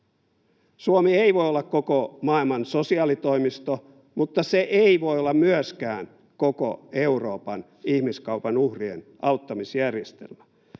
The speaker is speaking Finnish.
Suomi ei voi olla koko maailman sosiaalitoimisto, mutta se ei voi olla myöskään koko Euroopan ihmiskaupan uhrien auttamisjärjestelmä.